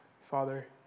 Father